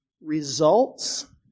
results